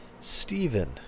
stephen